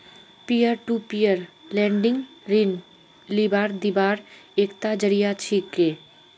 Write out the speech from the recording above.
peer to peer lending ऋण लीबार दिबार एकता जरिया छिके